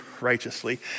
righteously